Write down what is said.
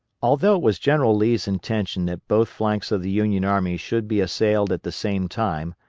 although it was general lee's intention that both flanks of the union army should be assailed at the same time,